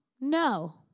no